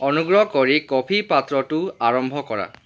অনুগ্ৰহ কৰি কফি পাত্ৰটো আৰম্ভ কৰা